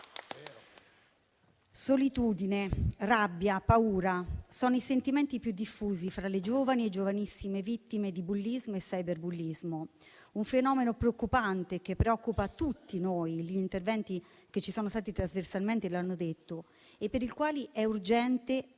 Solitudine, rabbia, paura sono i sentimenti più diffusi fra le giovani e giovanissime vittime di bullismo e cyberbullismo; un fenomeno preoccupante e che preoccupa tutti noi - e gli interventi che ci sono stati trasversalmente lo hanno